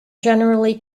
generally